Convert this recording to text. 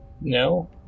No